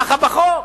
ככה בחוק.